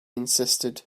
insisted